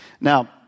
Now